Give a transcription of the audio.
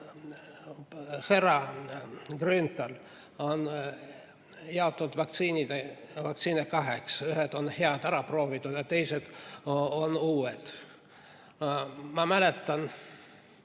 Härra Grünthal on jaotanud vaktsiine kaheks. Ühed on head, ära proovitud, aga teised on uued. Ma mäletan